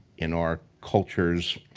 in our cultures,